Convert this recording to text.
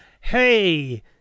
Hey